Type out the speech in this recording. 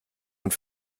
und